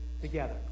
together